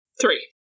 Three